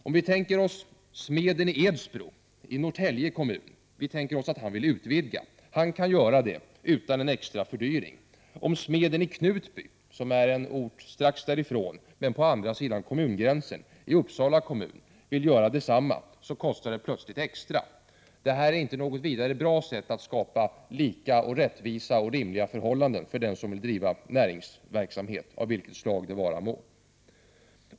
Om vi tänker oss att smeden i Edsbro i Norrtälje kommun vill utvidga sin verksamhet, så kan han göra det utan en extra fördyring. Men om smeden i Knutby, en ort strax utanför men på andra sidan kommungränsen i Uppsala kommun, vill göra detsamma kostar det plötsligt extra. Det här är inte något vidare bra sätt att skapa lika och rättvisa och rimliga förhållanden för dem som vill driva näringsverksamhet, av vilket slag det nu vara må.